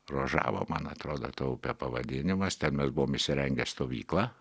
rožavo man atrodo ta upė pavadinimas ten mes buvom įsirengę stovyklą